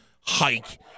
hike